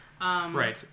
Right